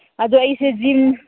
ꯑꯗꯣ ꯑꯩꯁꯦ ꯖꯤꯝ